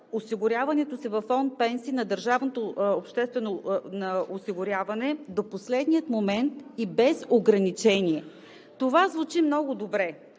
осигуряването си във Фонд „Пенсии“ на държавното обществено осигуряване – до последния момент и без ограничения. Това звучи много добре.